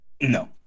No